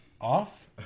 off